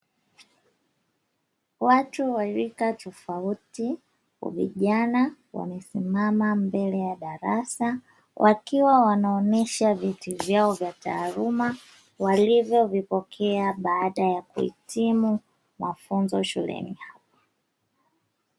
Watu wa rika tofauti, vijana wamesimama mbele ya darasa, wakiwa wanaonyesha vyeti vyao vya taaluma walivyovipokea baada ya kuhitimu mafunzo shuleni hapo.